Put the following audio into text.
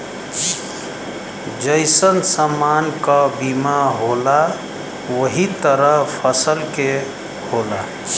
जइसन समान क बीमा होला वही तरह फसल के होला